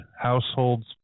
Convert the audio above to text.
households